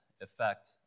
effect